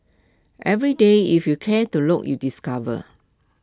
every day if you care to look you discover